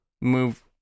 move